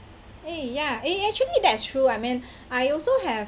eh ya eh actually that's true I mean I also have